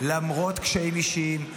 למרות קשיים אישיים,